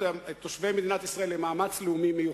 תושבי מדינת ישראל למאמץ לאומי מיוחד.